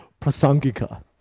prasangika